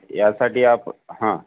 यासाठी आपण ह